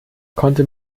konnte